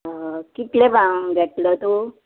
हय कितले पावोंक घेतलो तूं